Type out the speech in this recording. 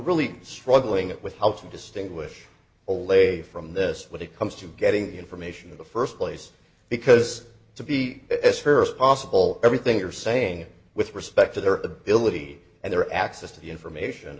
really struggling with how to distinguish olay from this when it comes to getting information in the st place because to be as fair as possible everything you're saying with respect to their ability and their access to the information